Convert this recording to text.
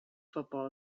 football